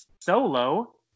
Solo